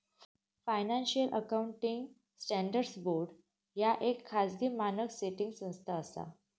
financial accounting standards board ह्या येक खाजगी मानक सेटिंग संस्था असा